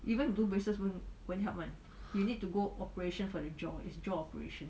you though versus oneyou need to go operation for a job his job creation